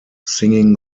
singing